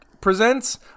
presents